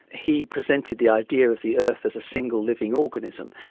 he presented the idea of the earth as a single living organism,